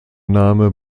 name